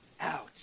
out